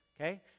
okay